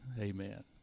Amen